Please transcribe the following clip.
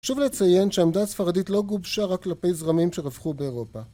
שוב לציין שהעמדה הספרדית לא גובשה רק כלפי זרמים שרווחו באירופה